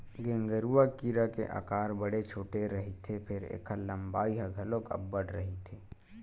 गेंगरूआ कीरा के अकार बड़े छोटे रहिथे फेर ऐखर लंबाई ह घलोक अब्बड़ रहिथे